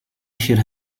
should